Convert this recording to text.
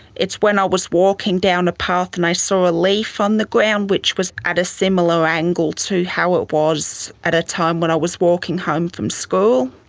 it's when i was walking down a path and i saw a leaf on the ground which was at a similar angle to how it was at a time when i was walking home from school,